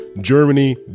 Germany